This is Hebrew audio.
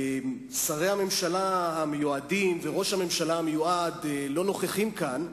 שרי הממשלה המיועדים וראש הממשלה המיועד לא נוכחים כאן,